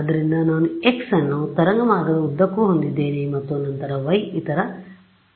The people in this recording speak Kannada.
ಆದ್ದರಿಂದ ನಾನು ಎಕ್ಸ್ ಅನ್ನು ತರಂಗ ಮಾರ್ಗದ ಉದ್ದಕ್ಕೂ ಹೊಂದಿದ್ದೇನೆ ಮತ್ತು ನಂತರ ವೈ ಇತರ ಅಕ್ಷವಾಗಿದೆ ಸರಿ